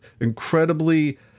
incredibly